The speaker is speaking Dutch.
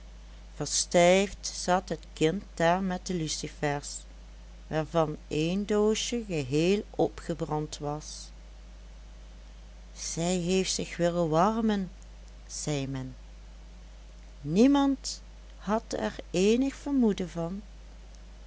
verstijfd zat het kind daar met de lucifers waarvan een doosje geheel opgebrand was zij heeft zich willen warmen zei men niemand had er eenig vermoeden van